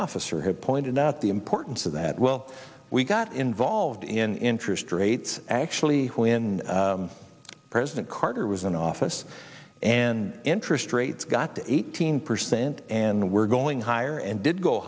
officer have pointed out the importance of the well we got involved in interest rates actually when president carter was in office and interest rates got to eighteen percent and were going higher and did go